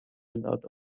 without